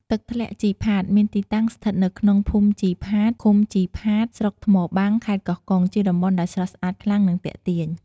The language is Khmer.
ទឹកធ្លាក់ជីផាត មានទីតាំងស្ថិតនៅក្នុងភូមិជីផាត ឃុំជីផាត ស្រុកថ្មបាំង ខេត្តកោះកុង ជាតំបន់ដែលស្រស់ស្អាតខ្លាំង និងទាក់ទាញ។